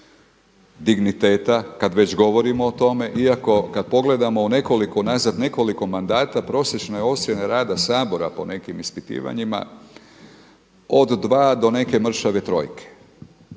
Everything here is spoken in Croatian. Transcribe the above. digniteta kada već govorimo o tome iako kada pogledamo u nekoliko, u nazad nekoliko mandata prosječne ocjene rada Sabora po nekim ispitivanjima od 2 do neke mršave trojke.